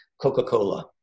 Coca-Cola